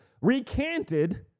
recanted